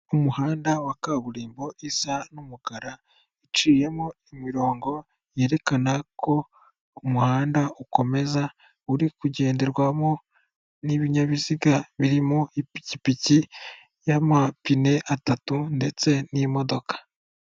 Umuhanda wa kaburimbo isa n'umukara iciyemo imirongo yerekana ko umuhanda ukomeza, uri kugenderwamo n'ibinyabiziga birimo ipikipiki y'amapine atatu ndetse n'imodoka.